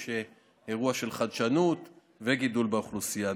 יש אירוע של חדשנות וגידול באוכלוסייה.